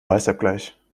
weißabgleich